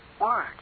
word